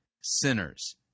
sinners